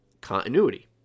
continuity